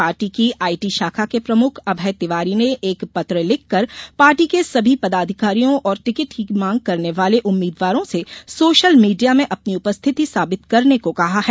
party की IT शाखा के प्रमुख अभय तिवारी ने एक पत्र लिखकर पार्टी के सभी प्रदाधिकारियो और टिकट की मांग करने वाले उम्मीदवारों से सोशल मीडिया में अपनी उपस्थिति साबित करने को कहा है